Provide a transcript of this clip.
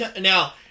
now